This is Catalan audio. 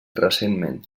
recentment